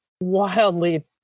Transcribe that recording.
wildly